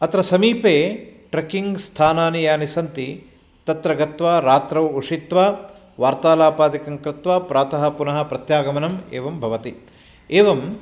अत्र समीपे ट्रेक्किङ्ग् स्थानानि यानि सन्ति तत्र गत्वा रात्रौ उषित्वा वार्तालापादिकं कृत्वा प्रातः पुनः प्रत्यागमनं एवं भवति एवं